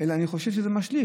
אלא אני חושב שזה משליך.